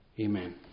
Amen